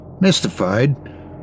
Mystified